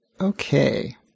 Okay